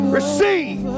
receive